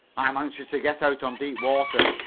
i'm anxious to get out on deep water,